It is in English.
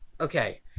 okay